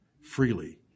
freely